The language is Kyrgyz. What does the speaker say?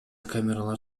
камералар